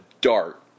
dart